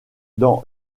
dans